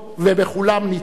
ובכולן נדחתה,